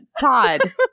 todd